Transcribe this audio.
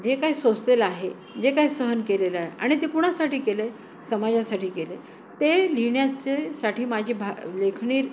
जे काय सोसलेलं आहे जे काय सहन केलंय आणि ते कुणासाठी केलंय समाजासाठी केलंय ते लिहिण्यासाठी माझी भा लेखणी